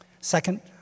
second